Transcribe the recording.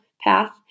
path